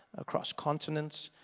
across continents,